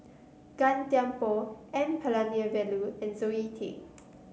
Gan Thiam Poh N Palanivelu and Zoe Tay